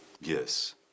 Yes